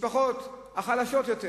המשפחות החלשות יותר.